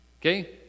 Okay